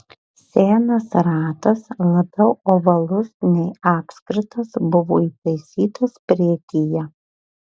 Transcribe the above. senas ratas labiau ovalus nei apskritas buvo įtaisytas priekyje